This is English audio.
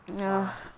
!wah!